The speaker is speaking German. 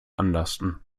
anlasten